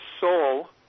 soul